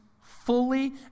fully